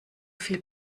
viel